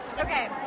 Okay